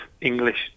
English